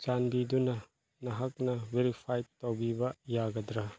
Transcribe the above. ꯆꯥꯟꯕꯤꯗꯨꯅ ꯅꯍꯥꯛꯅ ꯕꯦꯔꯤꯐꯥꯏ ꯇꯧꯕꯤꯕ ꯌꯥꯒꯗ꯭ꯔꯥ